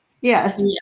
Yes